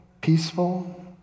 peaceful